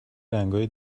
رنگای